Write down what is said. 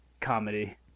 comedy